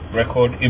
record